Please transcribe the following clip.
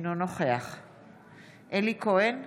אינו נוכח אלי כהן,